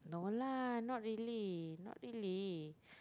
no lah not really not really